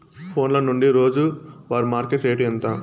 ఫోన్ల నుండి రోజు వారి మార్కెట్ రేటు ఎంత?